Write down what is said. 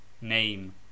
name